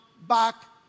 back